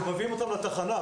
אנחנו מביאים אותם לתחנה.